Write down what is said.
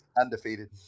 undefeated